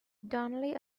donnelly